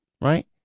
Right